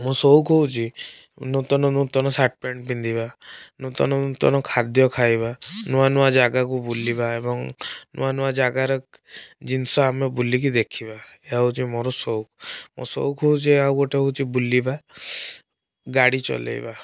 ମୋ ସଉକ ହେଉଛି ନୂତନ ନୂତନ ସାର୍ଟ ପ୍ୟାଣ୍ଟ ପିନ୍ଧିବା ନୂତନ ନୂତନ ଖାଦ୍ୟ ଖାଇବା ନୂଆ ନୂଆ ଜାଗାକୁ ବୁଲିବା ଏବଂ ନୂଆ ନୂଆ ଜାଗାର ଜିନିଷ ଆମେ ବୁଲିକି ଦେଖିବା ଏହା ହେଉଛି ମୋର ସଉକ ମୋ ସଉକ ହେଉଛି ଆଉ ଗୋଟେ ହେଉଛି ବୁଲିବା ଗାଡ଼ି ଚଲାଇବା